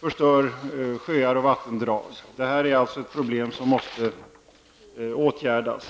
förstör sjöar och vattendrag. Detta är alltså ett problem som måste åtgärdas.